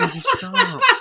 stop